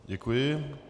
Děkuji.